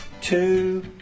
two